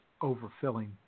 overfilling